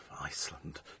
Iceland